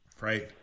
right